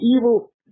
evil –